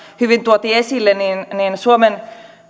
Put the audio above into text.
hyvin tuotiin esille suomen